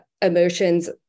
emotions